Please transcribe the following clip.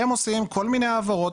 הם עושים כל מיני העברות,